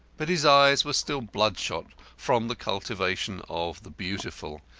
but his eyes were still bloodshot from the cultivation of the beautiful.